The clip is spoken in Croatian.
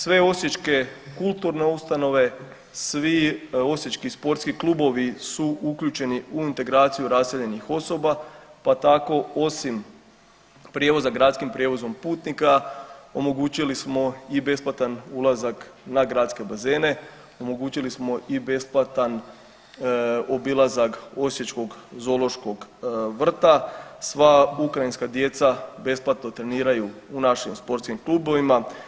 Sve osječke kulturne ustanove, svi osječki sportski klubovi su uključeni u integraciju raseljenih osoba, pa tako osim prijevoza gradskim prijevozom putnika omogućili smo i besplatan ulazak na gradske bazene, omogućili smo i besplatan obilazak osječkog zoološkog vrta, sva ukrajinska djeca besplatno treniraju u našim sportskim klubovima.